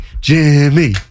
Jimmy